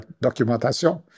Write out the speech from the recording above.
documentation